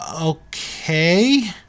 okay